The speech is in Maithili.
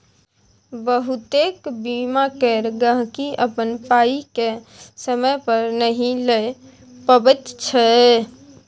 बहुतेक बीमा केर गहिंकी अपन पाइ केँ समय पर नहि लए पबैत छै